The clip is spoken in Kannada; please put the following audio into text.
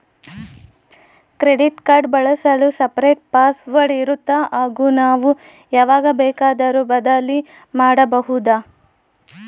ಕ್ರೆಡಿಟ್ ಕಾರ್ಡ್ ಬಳಸಲು ಸಪರೇಟ್ ಪಾಸ್ ವರ್ಡ್ ಇರುತ್ತಾ ಹಾಗೂ ನಾವು ಯಾವಾಗ ಬೇಕಾದರೂ ಬದಲಿ ಮಾಡಬಹುದಾ?